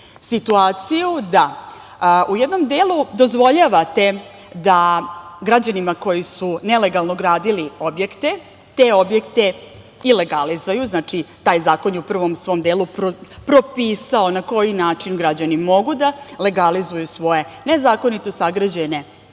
situaciju da u jednom delu dozvoljavate da građanima koji su nelegalno gradili objekte, te objekte i legalizuju. Znači, taj zakon je u prvom svom delu propisao na koji način građani mogu da legalizuju svoje nezakonito sagrađene